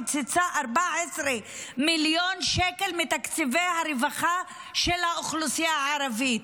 קיצצה 14 מיליון שקל מתקציבי הרווחה של האוכלוסייה הערבית.